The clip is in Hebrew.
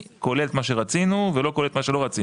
כולל את מה שרצינו ולא כולל את מה שלא רצינו.